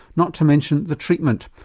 not to mention the treatment.